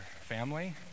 family